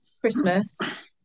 Christmas